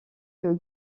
que